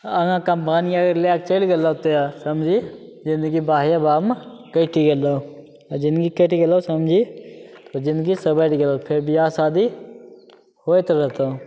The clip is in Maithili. आगाँ कम्पनी आओर लैके चलि गेलौ तोहरा समझी जिनगी वाहेवाहमे कटि गेलौ आओर जिनगी कटि गेलौ समझी तऽ जिनगी सवरि गेलौ फेर बिआह शादी होइत रहतौ